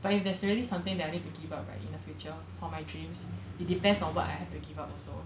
but if that's really something that I need to give up already in the future for my dreams it depends on what I have to give up also